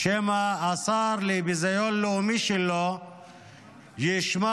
שמא השר לביזיון לאומי שלו ישמע